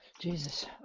Jesus